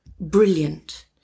brilliant